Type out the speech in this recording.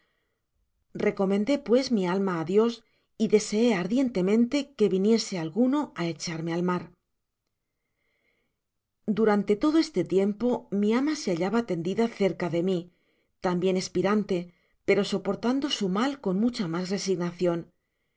recomendé pues mi alma á dios y deseé ardientemente que viniese alguno á echarme al mar content from google book search generated at durante todo este tiempo mi ama se hallaba tendida cerca de mi tambien espirante pero soportando su mal con mucha mas resignacion